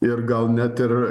ir gal net ir